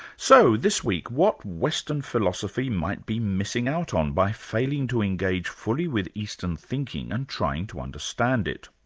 so this week, what western philosophy might be missing out on by failing to engage fully with eastern thinking and trying to understand it.